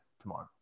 tomorrow